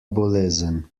bolezen